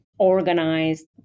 organized